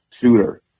suitor